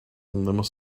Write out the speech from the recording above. must